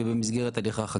הדבר השני,